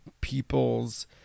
people's